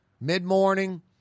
mid-morning